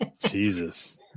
Jesus